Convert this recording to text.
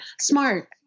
Smart